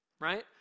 right